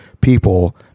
people